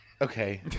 okay